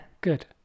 Good